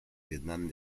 vietnam